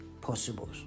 possible